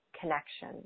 connection